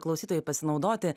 klausytojai pasinaudoti